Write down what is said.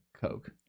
Coke